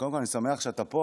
קודם כול אני שמח שאתה פה,